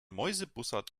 mäusebussard